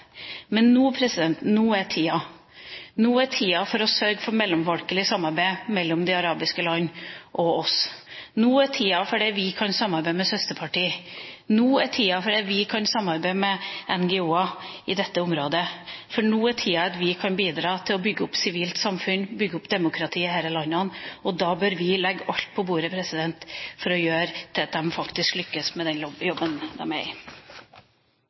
Men nå er tida. Nå er tida for å sørge for mellomfolkelig samarbeid mellom de arabiske landene og oss. Nå er tida for å samarbeide med søsterpartier. Nå er tida for å samarbeide med NGO-er i dette området, for nå er tida for at vi kan bygge opp sivile samfunn, bygge opp demokratier i disse landene. Da bør vi legge alt på bordet for at de faktisk kan lykkes med den jobben de gjør. Det viktigste i dag er